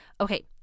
Okay